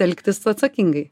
elgtis atsakingai